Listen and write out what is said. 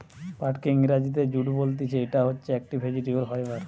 পাটকে ইংরেজিতে জুট বলতিছে, ইটা হচ্ছে একটি ভেজিটেবল ফাইবার